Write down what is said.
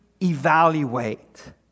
evaluate